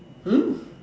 mm